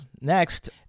Next